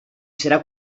serà